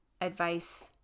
advice